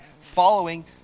following